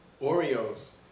Oreos